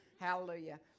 hallelujah